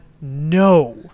no